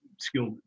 skilled